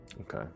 Okay